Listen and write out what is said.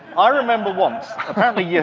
i remember once, apparently, yeah